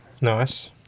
Nice